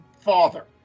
father